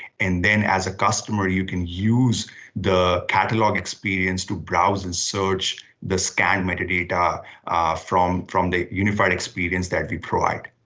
and then as a customer, you can use the catalog experience to browse and search the scanned metadata from from the unified experience that we provide.